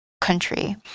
country